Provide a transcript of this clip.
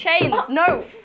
No